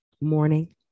Morning